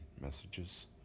messages